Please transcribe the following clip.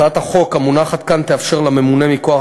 הצעת החוק המונחת כאן תאפשר לממונה מכוח